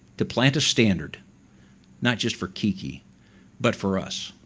to plant a standard not just for ki ki but for us.